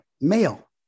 male